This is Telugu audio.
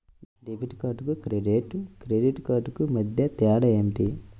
డెబిట్ కార్డుకు క్రెడిట్ క్రెడిట్ కార్డుకు మధ్య తేడా ఏమిటీ?